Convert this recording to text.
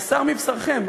בשר מבשרכם,